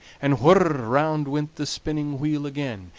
and whir! round went the spinning-wheel again,